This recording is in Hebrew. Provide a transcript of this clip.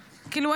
כאילו,